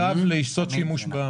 צו לשימוש במידע.